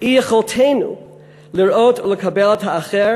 הוא אי-יכולתנו לראות ולקבל את האחר